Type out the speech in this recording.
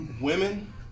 Women